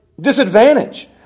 disadvantage